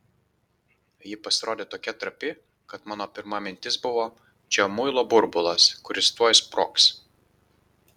ji pasirodė tokia trapi kad mano pirma mintis buvo čia muilo burbulas kuris tuoj sprogs